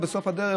בסוף הדרך,